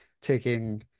taking